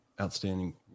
outstanding